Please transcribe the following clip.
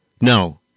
No